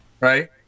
right